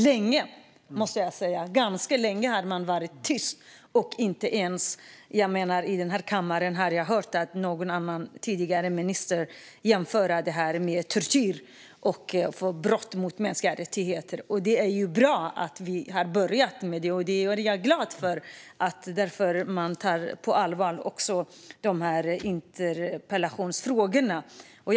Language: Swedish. Aldrig tidigare har jag hört en minister här i kammaren jämföra detta med tortyr och brott mot mänskliga rättigheter. Det är bra att vi börjar med det nu, och det gläder mig att regeringen tar mina interpellationsfrågor på allvar.